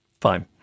Fine